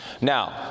Now